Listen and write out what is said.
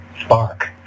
spark